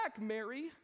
Mary